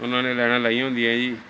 ਉਹਨਾਂ ਨੇ ਲੈਣਾ ਲਾਈਆਂ ਹੁੰਦੀਆਂ ਜੀ